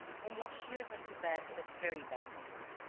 holmlock shears went to bed in a very bad temper.